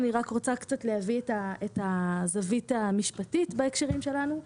אני רוצה להביא את הזווית המשפטית בהקשרים שלנו.